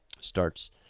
starts